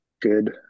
good